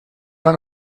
gone